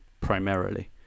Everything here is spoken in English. primarily